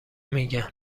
میگن